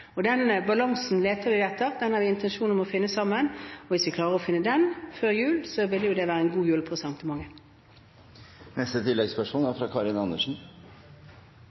balansen leter vi etter. Den har vi en intensjon om å finne sammen. Hvis vi klarer å finne den før jul, vil det være en god julepresang til mange. Karin Andersen – til oppfølgingsspørsmål. Ja, det er